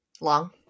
Long